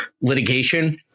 litigation